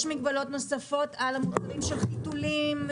יש מגבלות נוספות על המוצרים של חיתולים?